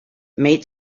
mate